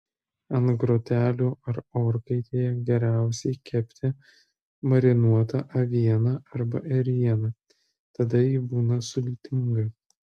ant grotelių ar orkaitėje geriausiai kepti marinuotą avieną arba ėrieną tada ji būna sultinga